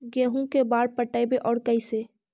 गेहूं के बार पटैबए और कैसे?